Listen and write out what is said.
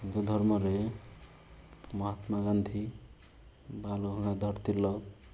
ହିନ୍ଦୁ ଧର୍ମରେ ମହାତ୍ମା ଗାନ୍ଧୀ ବାଲ୍ ଗଙ୍ଗାଧର ତିଲକ